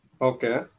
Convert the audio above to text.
Okay